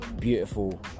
beautiful